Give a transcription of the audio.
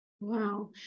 Wow